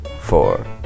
four